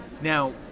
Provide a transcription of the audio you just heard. Now